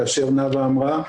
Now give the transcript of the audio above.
כמו שנאוה אמרה,